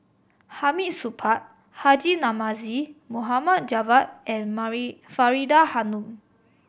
Hamid Supaat Haji Namazie Mohd Javad and Faridah Hanum